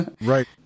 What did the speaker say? Right